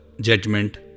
judgment